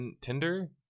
tinder